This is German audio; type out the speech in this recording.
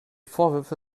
vorwürfe